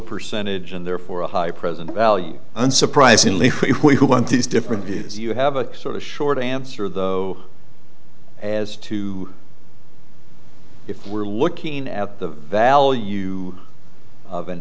percentage and therefore a high present value and surprisingly where you want these different views you have a sort of short answer though as to if we're looking at the value of an